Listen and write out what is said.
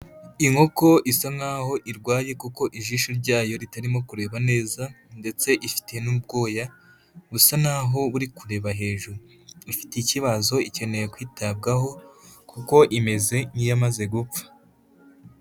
Inkoko isa nkahoa irwaye kuko ijisho ryayo ritarimo kureba neza ndetse ifite n'ubwoya busa naho buri kureba hejuru. Ifite ikibazo ikeneye kwitabwaho kuko imeze nk'iyamaze gupfa.